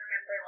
remember